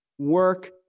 Work